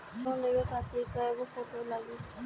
Loan लेवे खातिर कै गो फोटो लागी?